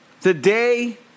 today